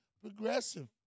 progressive